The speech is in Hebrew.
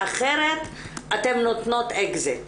אחרת אתן נותנות אקזיט.